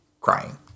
Crying